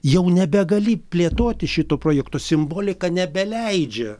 jau nebegali plėtoti šito projekto simbolika nebeleidžia